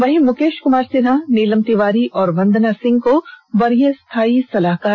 वहीं मुकेश कुमार सिन्हा नीलम तिवारी और वंदना सिंह को वरीय स्थायी सलाहकार बनाया गया है